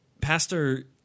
pastor